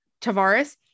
Tavares